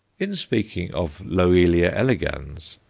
in speaking of loelia elegans,